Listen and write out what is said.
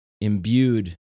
Imbued